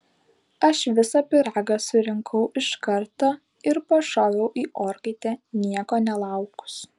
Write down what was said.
aš visą pyragą surinkau iš karto ir pašoviau į orkaitę nieko nelaukus